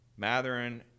Matherin